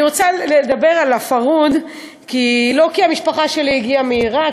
אני רוצה לדבר על ה"פרהוד" לא כי המשפחה שלי הגיעה מעיראק,